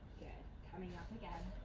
good, coming up again.